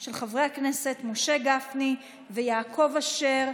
של חברי הכנסת משה גפני ויעקב אשר.